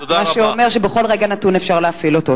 מה שאומר שבכל רגע נתון אפשר להפעיל אותו.